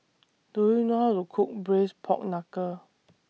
Do YOU know How to Cook Braised Pork Knuckle